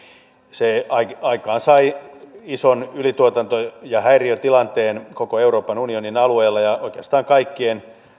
se aikaansai ison ylituotanto ja häiriötilanteen koko euroopan unionin alueella ja oikeastaan kaikkien